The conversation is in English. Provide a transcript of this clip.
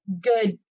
good